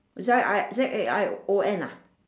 zai I Z A I O N ah